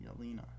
Yelena